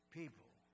people